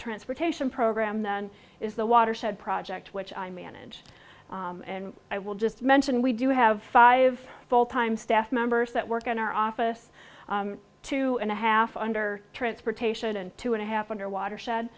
transportation program then is the watershed project which i manage and i will just mention we do have five full time staff members that work in our office two and a half under transportation and two and a half under water shed